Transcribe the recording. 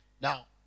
Now